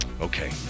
Okay